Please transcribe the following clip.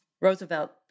Roosevelt